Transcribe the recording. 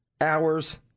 hours